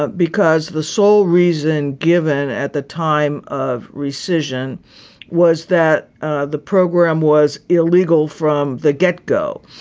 ah because the sole reason given at the time of rescission was that ah the program was illegal from the get go.